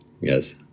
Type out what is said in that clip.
Yes